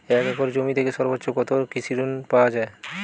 এক একর জমি থেকে সর্বোচ্চ কত কৃষিঋণ পাওয়া য়ায়?